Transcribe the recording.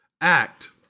act